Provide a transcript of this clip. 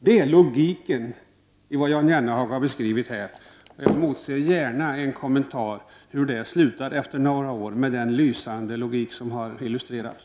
Det är logiken i vad Jan Jennehag har beskrivit här. Jag emotser gärna en kommentar om hur det skall sluta efter några år med den lysande logik som har illustrerats.